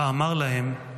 שבה אמר להם: